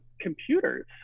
Computers